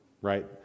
right